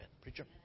Preacher